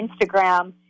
Instagram